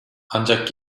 ancak